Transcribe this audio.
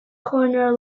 corner